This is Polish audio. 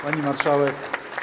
Pani Marszałek!